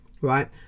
right